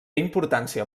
importància